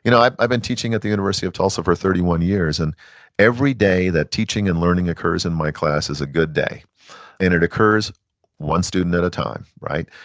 you know i've i've been teaching at the university of tulsa for thirty one years, and every day that teaching and learning occurs in my class is a good day and it occurs one student at a time, right?